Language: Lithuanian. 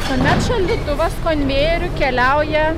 tuomet šaldytuvas konvejeriu keliauja